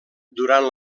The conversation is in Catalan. durant